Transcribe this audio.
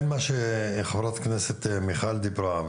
חברת הכנסת מיכל וולדיגר אמרה,